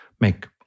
make